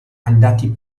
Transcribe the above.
andati